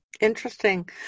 Interesting